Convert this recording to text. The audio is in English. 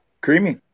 Creamy